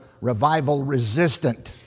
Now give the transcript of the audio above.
revival-resistant